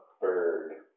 bird